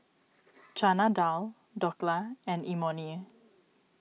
Chana Dal Dhokla and Imoni